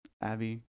Abby